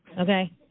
okay